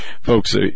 Folks